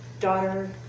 daughter